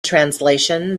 translation